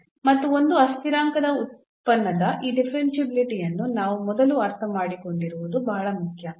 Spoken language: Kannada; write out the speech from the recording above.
ಮತ್ತು ಒಂದು ಅಸ್ಥಿರಾಂಕದ ಉತ್ಪನ್ನದ ಈ ಡಿಫರೆನ್ಷಿಯಾಬಿಲಿಟಿ ಯನ್ನು ನಾವು ಮೊದಲು ಅರ್ಥಮಾಡಿಕೊಂಡಿರುವುದು ಬಹಳ ಮುಖ್ಯ